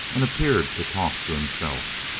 and appeared to talk to himself.